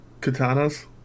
Katana's